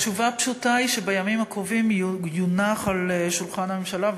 התשובה הפשוטה היא שבימים הקרובים יונח על שולחן הממשלה,